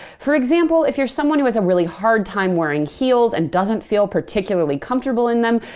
for example, if you're someone who has a really hard time wearing heels and doesn't feel particularly comfortable in them,